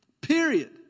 Period